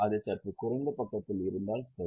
அது சற்று குறைந்த பக்கத்தில் இருந்தால் சரி